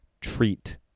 Treat